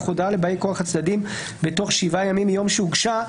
הודעה לבאי כוח הצדדים בתוך שבעה ימים מיום שהוגשה".